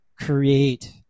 create